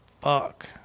fuck